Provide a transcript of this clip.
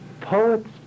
poets